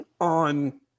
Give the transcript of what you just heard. on